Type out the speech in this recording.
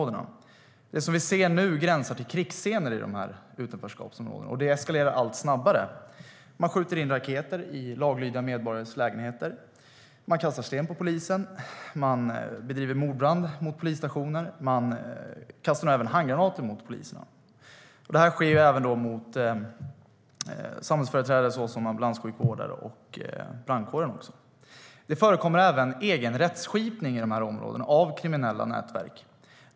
Det som vi ser nu gränsar till krigsscener i de här utanförskapsområdena, och det eskalerar allt snabbare. Man skjuter in raketer i laglydiga medborgares lägenheter, man kastar sten på polisen, man startar mordbränder mot polisstationer och kastar även handgranater mot poliserna. Det här sker även mot samhällsföreträdare såsom ambulanssjukvårdare och brandkår. Det förekommer även egen rättsskipning av kriminella nätverk i de här områdena.